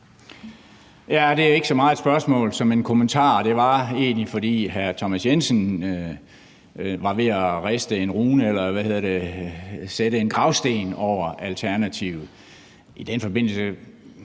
Det er ikke så meget spørgsmål som en kommentar, og det kommer sig egentlig af, at hr. Thomas Jensen var ved at sætte en gravsten over Alternativet. I den forbindelse